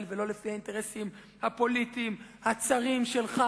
ולא לפי האינטרסים הפוליטיים הצרים שלך.